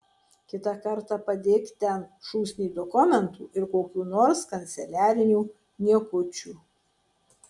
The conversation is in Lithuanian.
kitą kartą padėk ten šūsnį dokumentų ir kokių nors kanceliarinių niekučių